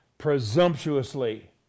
presumptuously